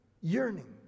yearning